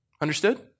Understood